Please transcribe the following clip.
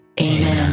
Amen